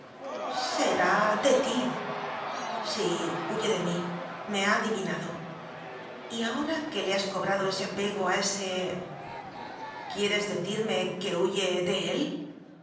será de ti sí huye de mí me ha adivinado y ahora que le has cobrado ese apego a ese quieres decirme que huye de él